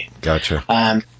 Gotcha